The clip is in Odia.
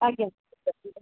ଆଜ୍ଞା